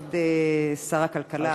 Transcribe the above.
אדוני היושב בראש, כבוד שר הכלכלה החדש,